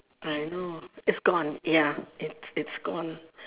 I know it's gone ya it's it's gone